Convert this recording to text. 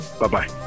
Bye-bye